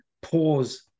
pause